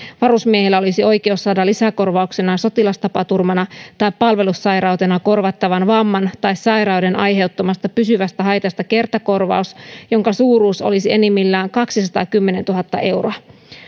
varusmiehellä olisi oikeus saada lisäkorvauksena sotilastapaturmana tai palvelussairautena korvattavan vamman tai sairauden aiheuttamasta pysyvästä haitasta kertakorvaus jonka suuruus olisi enimmillään kaksisataakymmentätuhatta euroa